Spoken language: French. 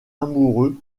amoureux